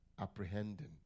Apprehending